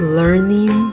learning